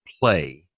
play